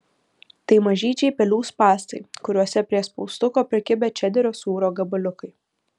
tai mažyčiai pelių spąstai kuriuose prie spaustuko prikibę čederio sūrio gabaliukai